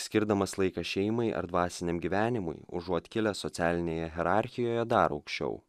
skirdamas laiką šeimai ar dvasiniam gyvenimui užuot kilęs socialinėje hierarchijoje dar aukščiau